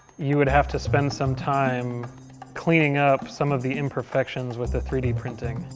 you would have to spend some time cleaning up some of the imperfections with the three d printing.